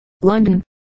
London